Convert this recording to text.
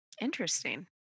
Interesting